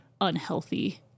unhealthy